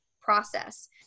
process